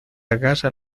agarra